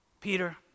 Peter